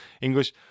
English